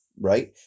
right